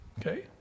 Okay